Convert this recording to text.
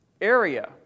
area